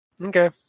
Okay